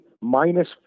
minus